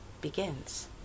begins